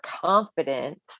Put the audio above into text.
confident